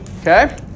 okay